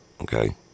okay